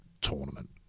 tournament